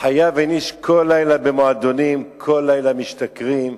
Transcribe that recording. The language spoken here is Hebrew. חייב איניש כל לילה במועדונים, כל לילה משתכרים.